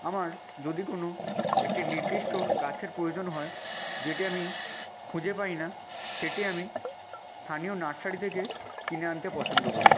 আমার যদি কোনো একটি নির্দিষ্ট গাছের প্রয়োজন হয় যেটি আমি খুঁজে পাই না সেটি আমি স্থানীয় নার্সারি থেকে কিনে আনতে পছন্দ করি